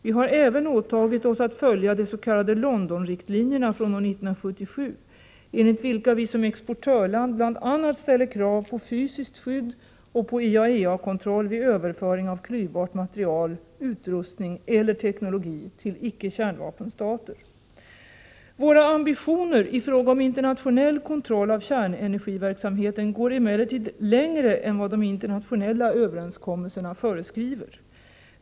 Vi har även åtagit oss att följa de s.k. London-riktlinjerna från år 1977, enligt vilka vi som exportörland bl.a. ställer krav på fysiskt skydd och på IAEA-kontroll vid överföring av klyvbart material, utrustning eller teknologi till icke-kärnvapenstater. Våra ambitioner i fråga om internationell kontroll av kärnenergiverksamheten går emellertid längre än vad de internationella överenskommelserna föreskriver.